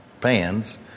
pans